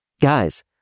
Guys